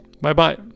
Bye-bye